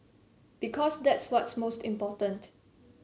because that's what's most important